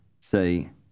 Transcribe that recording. say